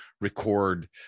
record